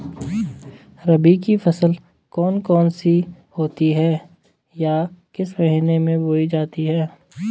रबी की फसल कौन कौन सी होती हैं या किस महीने में बोई जाती हैं?